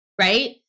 right